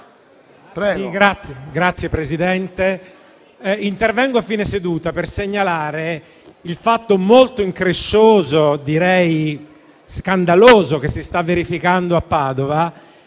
Signor Presidente, intervengo a fine seduta per segnalare il fatto molto increscioso, direi scandaloso, che si sta verificando a Padova,